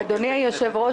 אדוני היושב-ראש,